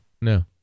No